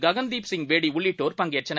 ககன்தீப்சின்பேடிஉள்ளிட்டோர்பங்கேற்றனர்